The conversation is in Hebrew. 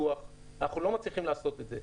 אנחנו לא מצליחים לעשות את זה.